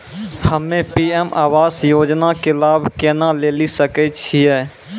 हम्मे पी.एम आवास योजना के लाभ केना लेली सकै छियै?